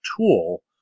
tool